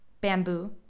Bamboo